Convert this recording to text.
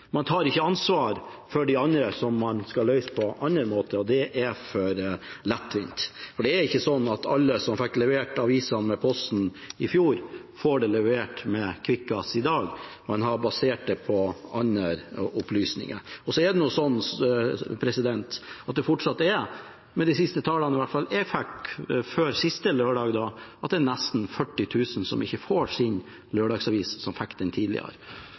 Man tar ikke ansvar for de andre; det skal man løse på andre måter, og det er for lettvint. Det er ikke sånn at alle som fikk levert avisene av Posten i fjor, får dem levert av Kvikkas i dag – man har basert det på andre opplysninger. Det er fortsatt – iallfall i de siste tallene jeg har fått, som gjelder siste lørdag – nesten 40 000 som ikke får sin lørdagsavis nå, som fikk den tidligere.